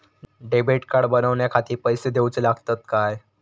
Debit card बनवण्याखाती पैसे दिऊचे लागतात काय?